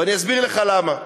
ואסביר לך למה.